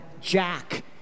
Jack